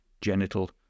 genital